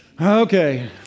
Okay